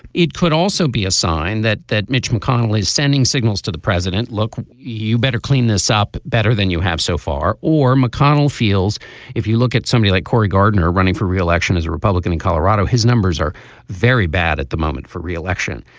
it could also be a sign that that mitch mcconnell is sending signals to the president look you better clean this up better than you have so far. or mcconnell feels if you look at somebody like cory gardner running for re-election as a republican in colorado his numbers are very bad at the moment for re-election.